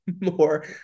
more